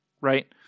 Right